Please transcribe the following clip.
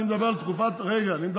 אני מדבר על תקופת החיסונים,